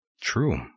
True